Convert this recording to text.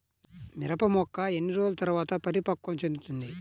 మిరప మొక్క ఎన్ని రోజుల తర్వాత పరిపక్వం చెందుతుంది?